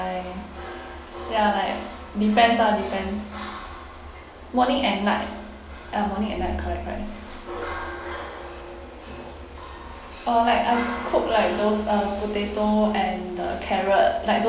ya like depends lah depends morning and night ya morning and night correct correct uh like I'll cook like those uh potato and the carrot like